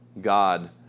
God